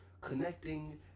connecting